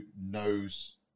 knows